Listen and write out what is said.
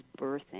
birthing